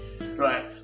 Right